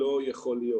לא יכול להיות